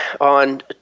on